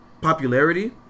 popularity